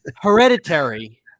Hereditary